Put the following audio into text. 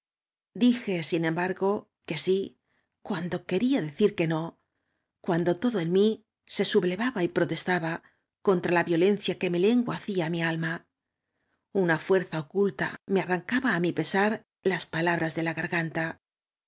dije sin embargo que sí cuando quería decir que nocuando todo en m í se sublevaba y protestaba contraía violencia que mi lengua hacía á mi alma una fuerza oculta me arrancaba á mi pe sar las palabras de la garganta